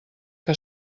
que